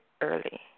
early